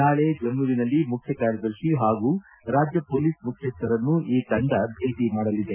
ನಾಳೆ ಜಮ್ಮವಿನಲ್ಲಿ ಮುಖ್ಯ ಕಾರ್ಯದರ್ಶಿ ಹಾಗೂ ರಾಜ್ಯ ಪೊಲೀಸ್ ಮುಖ್ಯಸ್ಥರನ್ನೂ ಈ ತಂಡ ಭೇಟಿ ಮಾಡಲಿದೆ